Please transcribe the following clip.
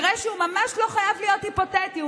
מקרה שממש לא חייב להיות היפותטי,